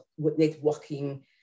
networking